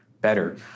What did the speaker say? better